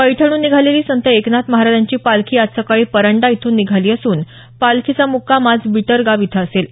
पैठणहून निघालेली संत एकनाथ महाराजांची पालखी आज सकाळी परांडा इथून निघाली असून पालखीचा मुक्काम आज बिटरगाव इथं असेल